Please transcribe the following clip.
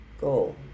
goal